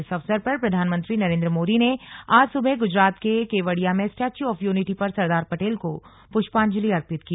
इस अवसर पर प्रधानमंत्री नरेन्द्र मोदी ने आज सुबह गुजरात के केवड़िया में स्टैच्यू ऑफ यूनिटी पर सरदार पटेल को पुष्पांजलि अर्पित की